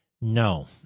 No